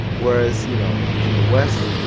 whereas you know in the west,